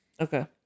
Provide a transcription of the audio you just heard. Okay